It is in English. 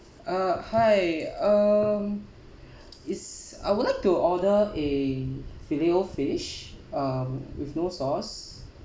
uh hi um is I would like to order a fillet O fish um with no sauce